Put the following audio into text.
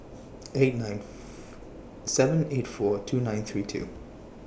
eight nine seven eight four two nine three two